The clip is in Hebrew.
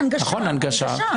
הנגשה.